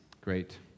Great